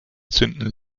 zünden